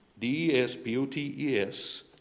D-E-S-P-O-T-E-S